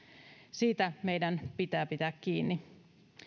siitä meidän pitää pitää kiinni